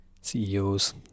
ceos